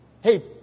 Hey